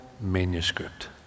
manuscript